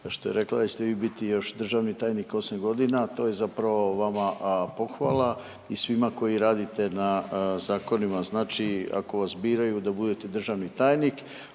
što je rekla da ćete vi biti državni tajnik 8 godina, to je zapravo vama pohvala i svima koji radite na zakonima. Znači ako vas biraju da budete državni tajnik